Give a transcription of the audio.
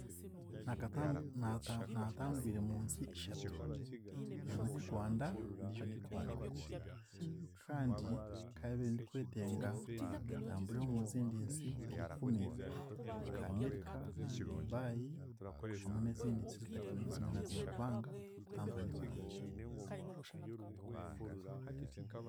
Nakatambu nata natambwire munsi ishatu; emwe ni Gwanda, endiijo ni Congo kandi nkabiire ndikwetenga ntambureho omu zindi nsi nka ikumi nka; America, Dubai, hamwe n'ezindi nsi ezitari zimwe na zimwe kubanga okutambura nikurungi.